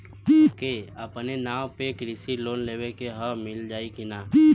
ओके अपने नाव पे कृषि लोन लेवे के हव मिली की ना ही?